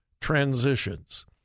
transitions